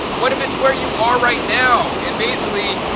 what if it's where you are right now? and basically,